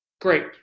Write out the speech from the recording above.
Great